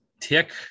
tick